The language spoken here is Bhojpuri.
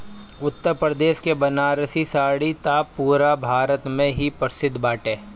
उत्तरप्रदेश के बनारसी साड़ी त पुरा भारत में ही प्रसिद्ध बाटे